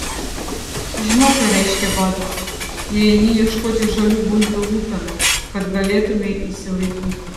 žinau ką reiškia badas jei eini ieškoti žalių bulvių lupenų kad galėtumei išsilaikyti